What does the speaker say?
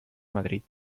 madrid